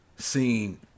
seen